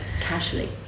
casually